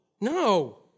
no